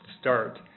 start